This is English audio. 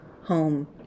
Home